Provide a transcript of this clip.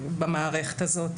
במערכת הזאת